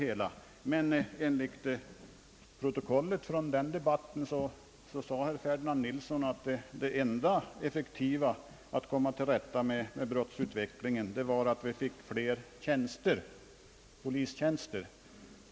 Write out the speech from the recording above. Enligt protokollet från den debatten sade herr Ferdinand Nilsson, att det enda effektiva sättet att komma till rätta med brottsutvecklingen var att vi fick fler polistjänster.